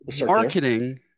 Marketing